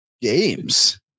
games